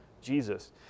Jesus